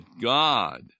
God